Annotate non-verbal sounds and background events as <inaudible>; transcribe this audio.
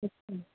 <unintelligible>